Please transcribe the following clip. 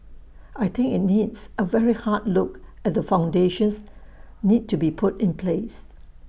I think IT needs A very hard look at the foundations need to be put in place